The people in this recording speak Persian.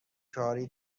کاری